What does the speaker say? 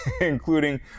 including